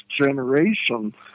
generation